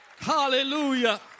Hallelujah